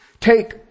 take